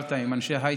שדיברת עליו,